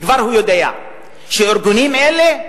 הוא כבר יודע שארגונים אלה,